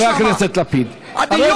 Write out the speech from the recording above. חבר הכנסת לפיד, אבל יש לכם אפשרות לענות לו.